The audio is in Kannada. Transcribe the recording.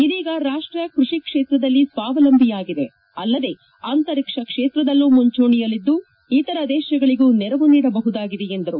ಇದೀಗ ರಾಷ್ಟ ಕೃಷಿ ಕ್ಷೇತ್ರದಲ್ಲಿ ಸ್ವಾವಲಂಬಿಯಾಗಿದೆ ಅಲ್ಲದೇ ಅಂತರಿಕ್ಷ ಕ್ಷೇತ್ರದಲ್ಲೂ ಮುಂಚೂಣೆಯಲ್ಲಿದ್ದು ಇತರ ದೇಶಗಳಿಗೂ ನೆರವು ನೀಡಬಹುದಾಗಿದೆ ಎಂದರು